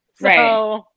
Right